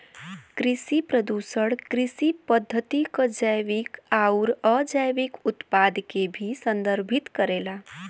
कृषि प्रदूषण कृषि पद्धति क जैविक आउर अजैविक उत्पाद के भी संदर्भित करेला